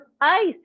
Ice